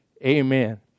Amen